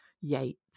Yates